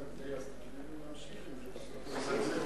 תני לו שיזגזג עד שייפול.